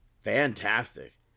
Fantastic